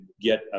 get